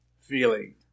feeling